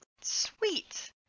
sweet